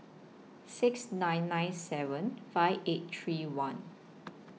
six nine nine seven five eight three one